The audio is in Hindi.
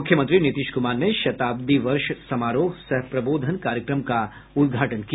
मुख्यमंत्री नीतीश कुमार ने शताब्दी वर्ष समारोह सह प्रबोधन कार्यक्रम का उदघाटन किया